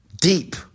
Deep